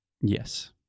Yes